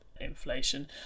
inflation